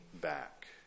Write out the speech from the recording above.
back